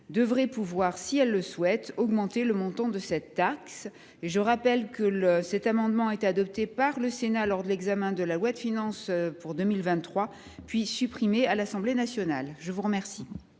doivent pouvoir, si elles le souhaitent, augmenter le montant de cette taxe. J’ajoute que cet amendement a été adopté par le Sénat lors de l’examen de la loi de finances pour 2023, puis supprimé par l’Assemblée nationale. La parole